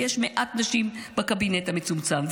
ויש מעט נשים בקבינט המצומצם.